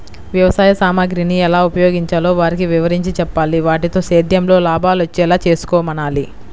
వ్యవసాయ సామగ్రిని ఎలా ఉపయోగించాలో వారికి వివరించి చెప్పాలి, వాటితో సేద్యంలో లాభాలొచ్చేలా చేసుకోమనాలి